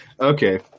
okay